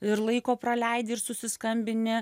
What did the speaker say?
ir laiko praleidi ir susiskambini